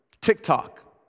TikTok